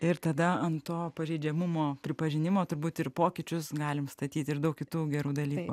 ir tada ant to pažeidžiamumo pripažinimo turbūt ir pokyčius galim statyt ir daug kitų gerų dalykų